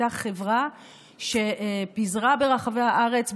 הייתה חברה שפיזרה ברחבי הארץ,